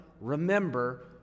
remember